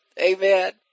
Amen